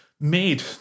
made